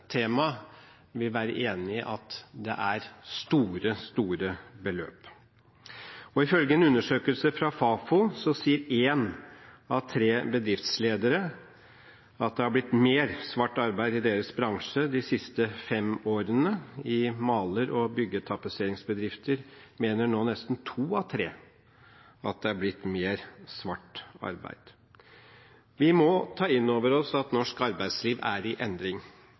temaet, vil være enig i at det er store beløp. Ifølge en undersøkelse fra Fafo sier én av tre bedriftsledere at det har blitt mer svart arbeid i deres bransje de siste fem årene. I maler- og byggtapetseringsbedrifter mener nå nesten to av tre at det har blitt mer svart arbeid. Vi må ta inn over oss at norsk arbeidsliv er i endring.